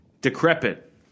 decrepit